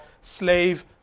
Slave